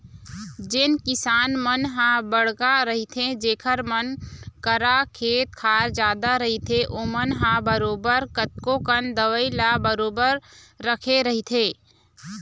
जेन किसान मन ह बड़का रहिथे जेखर मन करा खेत खार जादा रहिथे ओमन ह बरोबर कतको कन दवई ल बरोबर रखे रहिथे